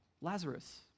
Lazarus